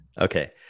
okay